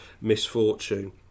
misfortune